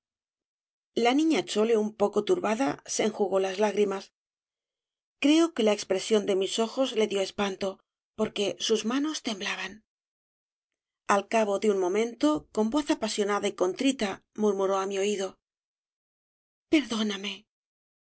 la niña chole un poco turbada se enjugó las lágrimas creo que la expresión de mis ojos le dio espanto porque sus manos temblaban al s obrasde valle inclan su í cabo de un momento con voz apasionada y contrita murmuró á mi oído perdóname